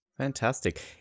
Fantastic